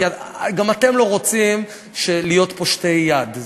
כי גם אתם לא רוצים להיות פושטי יד.